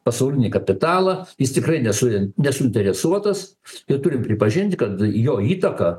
pasaulinį kapitalą jis tikrai nesu nesuinteresuotas ir turim pripažinti kad jo įtaka